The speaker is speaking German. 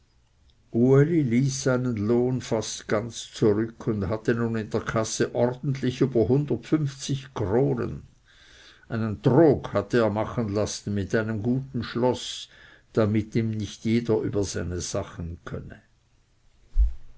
lohn fast ganz zurück und hatte nun in der kasse ordentlich über hundertfünfzig kronen einen trog hatte er machen lassen mit einem guten schloß damit ihm nicht jeder über seine sachen könne